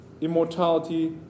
immortality